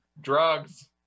Drugs